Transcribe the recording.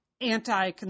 anti